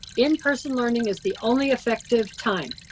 in-person learning is the only effective time.